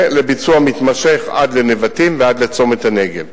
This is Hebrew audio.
ולביצוע מתמשך עד לנבטים ועד לצומת הנגב.